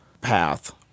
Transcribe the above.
path